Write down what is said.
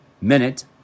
minute